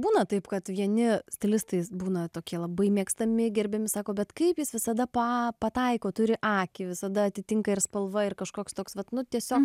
būna taip kad vieni stilistais būna tokie labai mėgstami gerbiami sako bet kaip jis visada pataiko turi akį visada atitinka ir spalva ir kažkoks toks vat nu tiesiog